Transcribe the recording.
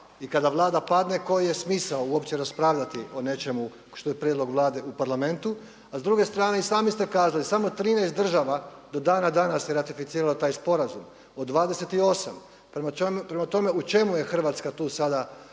i kada Vlada padne koji je smisao uopće raspravljati o nečemu što je prijedlog Vlade u Parlamentu a s druge strane i sami ste kazali samo je 13 država do dana danas je ratificiralo taj sporazum od 28. Prema tome, u čemu je Hrvatska tu sada